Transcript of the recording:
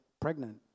Pregnant